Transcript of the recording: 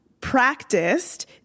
practiced